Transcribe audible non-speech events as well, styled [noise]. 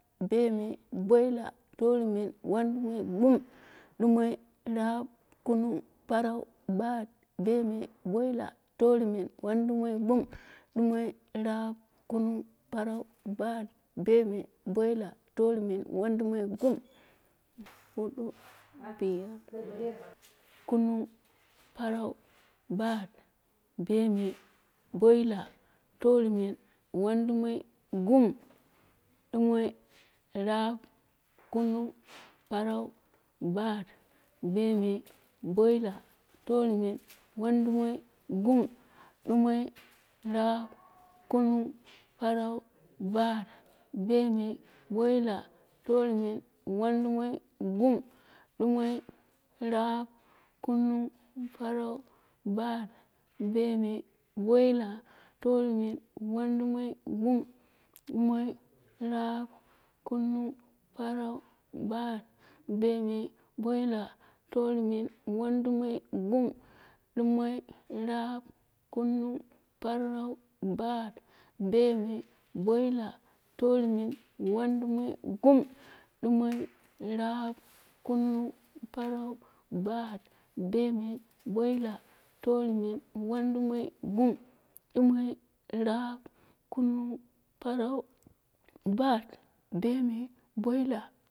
Bemei, boila, torumen, wandumoi, gum. Dumoi, rap, kunung, parau, bat, bemei, baila torumen, wandumoi, gum. Dumoi, rap, kunung, parau, bat, bemei, baila torumen, wandumoi, gum. [noise] kunung, parau, bat, bemei, baila torumen, wandumoi, gum. Dumoi, rap, kunung, parau, bat, bemei, baila torumen, wandumoi, gum. Dumoi, rap, kunung, parau, bat, bemei, baila torumen, wandumoi, gum. Dumoi, rap, kunung, parau, bat, bemei, baila torumen, wandumoi, gum. Dumoi, rap, kunung, parau, bat, bemei, baila torumen, wandumoi, gum. Dumoi, rap, kunung, parau, bat, bemei, baila torumen, wandumoi, gum. Dumoi, rap, kunung, parau, bat, bemei, baila torumen, wandumoi, gum. Dumoi, rap, kunung, parau, bat, bemei, baila.